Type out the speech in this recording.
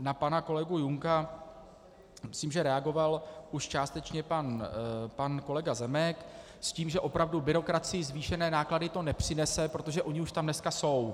Na pana kolegu Junka myslím reagoval už částečně pan kolega Zemek s tím, že opravdu byrokracii zvýšené náklady to nepřinese, protože ony už tam dneska jsou.